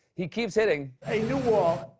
he keeps hitting. a new wall.